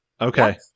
Okay